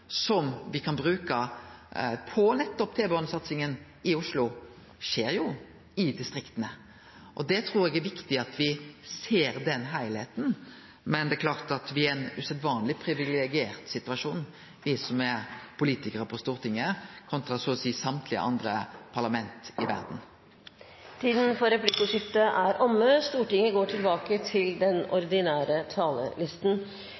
som me kan bruke nettopp på T-banesatsinga i Oslo, skjer i distrikta. Eg trur det er viktig at me ser den heilskapen, men det er klart at me er i ein usedvanleg privilegert situasjon, me som er politikarar på Stortinget, kontra så og seie samtlege andre parlament i verda. Replikkordskiftet er omme.